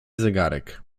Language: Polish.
zegarek